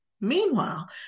Meanwhile